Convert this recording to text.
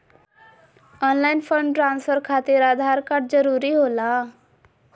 Online fund transfer खातिर Aadhaar card जरूरी होला?